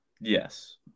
Yes